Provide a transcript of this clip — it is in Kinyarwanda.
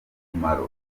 umumaro